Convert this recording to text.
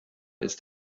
ist